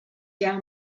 down